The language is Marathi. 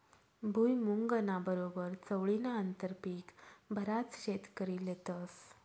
भुईमुंगना बरोबर चवळीनं आंतरपीक बराच शेतकरी लेतस